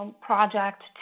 project